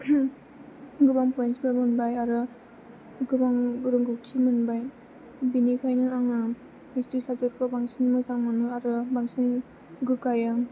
गोबां पइन्तसफोर मोनबाय आरो गोबां रोंगौथि मोनबाय बेनिखायनो आङो हिसथ्रि साबजेकखौ बांसिन मोजां मोनो आरो बांसिन गोग्गायो